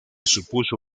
supuso